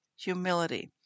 humility